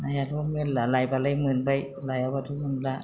नायाथ' मेल्ला लायब्लाथ' मोनबाय लायाब्लाथ' मोनला